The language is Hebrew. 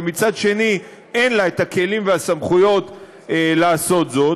ומצד שני אין לה כלים וסמכויות לעשות זאת,